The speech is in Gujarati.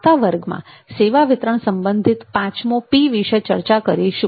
આવતા વર્ગમાં સેવા વિતરણ સંબંધિત પાંચમો P વિષે ચર્ચા કરીશું